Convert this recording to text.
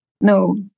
No